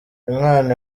imana